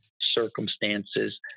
circumstances